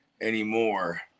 anymore